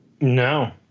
No